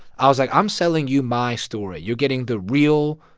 i was like, i'm selling you my story. you're getting the real,